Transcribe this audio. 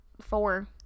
four